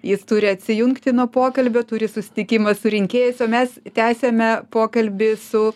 jis turi atsijungti nuo pokalbio turi susitikimą su rinkėjais o mes tęsiame pokalbį su